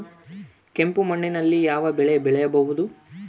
ಕೆಂಪು ಮಣ್ಣಿನಲ್ಲಿ ಯಾವ ಬೆಳೆ ಬೆಳೆಯಬಹುದು?